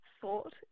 thought